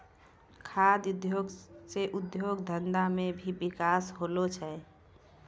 खाद्य उद्योग से उद्योग धंधा मे भी बिकास होलो छै